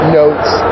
notes